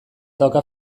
dauka